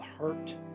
hurt